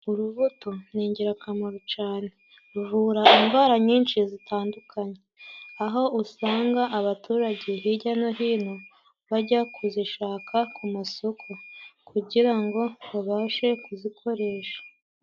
Urubuto ni ingirakamaro cane. Ruvura indwara nyinshi zitandukanye aho usanga abaturage hijya no hino bajya kuzishaka ku masoko kugira ngo babashe kuzikoresha.